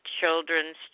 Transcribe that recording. children's